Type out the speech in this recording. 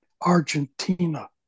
Argentina